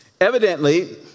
Evidently